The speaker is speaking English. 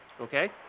okay